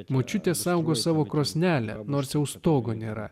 močiutė saugo savo krosnelę nors jau stogo nėra